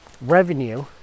revenue